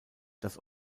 das